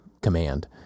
command